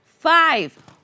Five